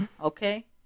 okay